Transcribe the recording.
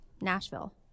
Nashville